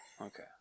Okay